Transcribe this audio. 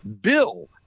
Bill